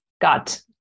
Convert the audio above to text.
got